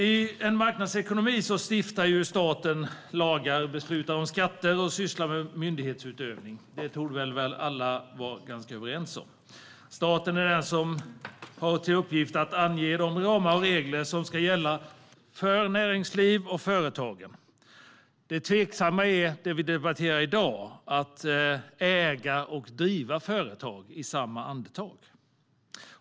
I en marknadsekonomi stiftar staten lagar, beslutar om skatter och sysslar med myndighetsutövningen. Det torde vi alla vara överens om. Staten har till uppgift att ange de ramar och regler som ska gälla för näringsliv och företag. Det tveksamma är det vi debatterar i dag: att äga och driva företag i samma andetag.